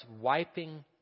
wiping